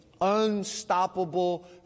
unstoppable